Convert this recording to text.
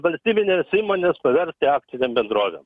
valstybines įmones paversti akcinėm bendrovėm